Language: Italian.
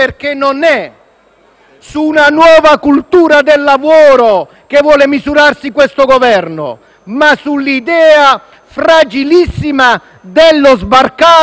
su una nuova cultura del lavoro che vuole misurarsi questo Governo, ma sull'idea fragilissima dello sbarcare il lunario.